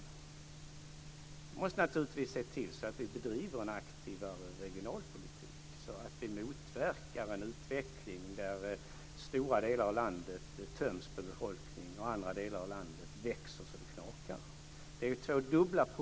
Nu måste vi naturligtvis se till att vi bedriver en aktivare regionalpolitik så att vi motverkar en utveckling där stora delar av landet töms på sin befolkning medan andra delar av landet växer så att det knakar.